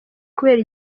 kubera